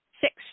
Six